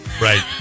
right